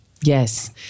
Yes